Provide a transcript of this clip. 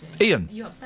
Ian